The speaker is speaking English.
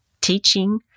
teaching